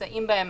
שנמצאים בהן,